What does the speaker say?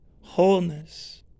wholeness